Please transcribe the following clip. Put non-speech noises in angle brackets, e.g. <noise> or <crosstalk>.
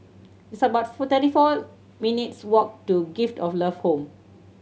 it's about <unintelligible> thirty four minutes' walk to Gift of Love Home